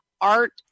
art